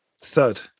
Third